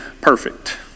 perfect